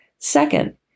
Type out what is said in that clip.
Second